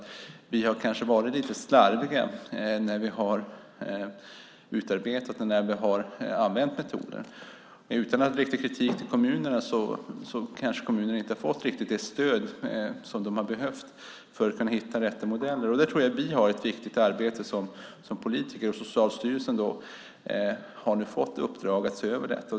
Vi har kanske varit lite slarviga när vi har utarbetat och använt metoder. Kommunerna kanske inte riktigt har fått det stöd som de har behövt för att kunna hitta rätt modeller. Där tror jag att vi har ett viktigt arbete som politiker. Socialstyrelsen har nu fått i uppdrag att se över detta.